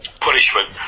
punishment